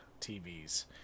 TVs